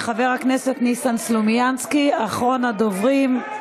אחריו, חבר הכנסת ניסן סלומינסקי, אחרון הדוברים.